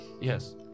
Yes